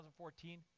2014